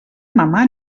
mamà